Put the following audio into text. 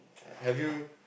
have you